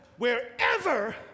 Wherever